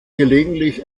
gelegentlich